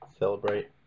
celebrate